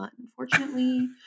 unfortunately